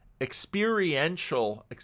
experiential